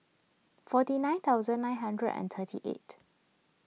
forty nine thousand nine hundred and thirty eight